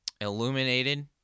illuminated